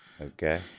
Okay